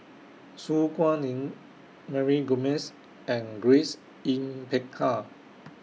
Su Guaning Mary Gomes and Grace Yin Peck Ha